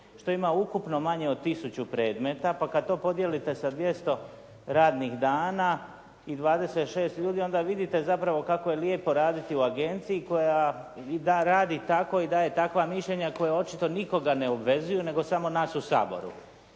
što ima ukupno manje od tisuću predmeta pa kada to podijelite sa 200 radnih dana i 26 ljudi onda vidite zapravo kako je lijepo raditi u agenciji koja radi tako i daje takva mišljenja koja očito nikoga ne obvezuju nego samo nas u Saboru.